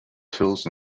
tools